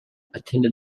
attended